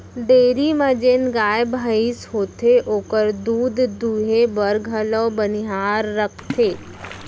dairy म जेन गाय भईंस होथे ओकर दूद दुहे बर घलौ बनिहार रखथें